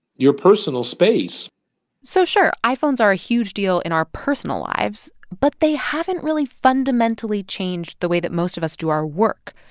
your personal space so sure, iphones are a huge deal in our personal lives. but they haven't really fundamentally changed the way that most of us do our work.